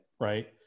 right